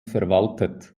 verwaltet